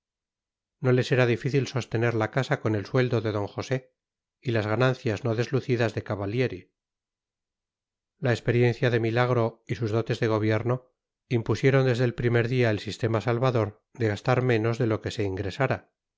no les era difícil sostener la casa con el sueldo de don josé y las ganancias no deslucidas de cavallieri la experiencia de milagro y sus dotes de gobierno impusieron desde el primer día el sistema salvador de gastar menos de lo que ingresara